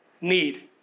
need